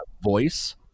voice